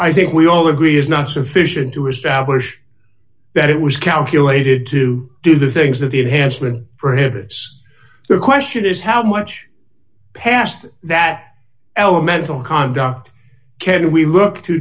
i think we all agree is not sufficient to establish that it was calculated to do the things that the advancement prohibits the question is how much past that elemental conda can we look to